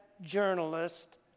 journalist